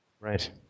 Right